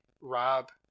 rob